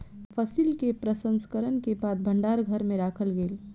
फसिल के प्रसंस्करण के बाद भण्डार घर में राखल गेल